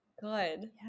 Good